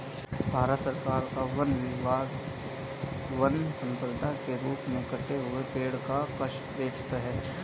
भारत सरकार का वन विभाग वन सम्पदा के रूप में कटे हुए पेड़ का काष्ठ बेचता है